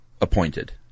appointed